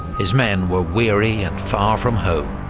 his men were weary and far from home,